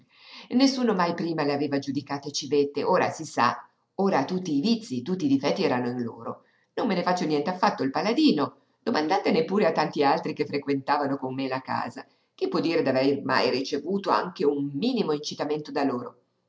nessuno mai prima le aveva giudicate civette ora si sa ora tutti i vizii tutti i difetti erano in loro non me ne faccio nient'affatto il paladino domandatene pure a tanti altri che frequentavano con me la casa chi può dire d'aver mai ricevuto un anche minimo incitamento da loro